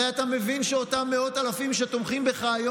הרי אתה מבין שאותם מאות אלפים שתומכים בך היום,